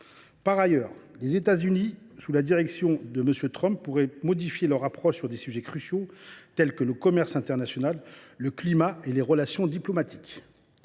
Par ailleurs, les États Unis, sous la direction de M. Trump, pourraient modifier leur approche de sujets cruciaux tels que le commerce international, le climat et les relations diplomatiques.